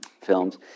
films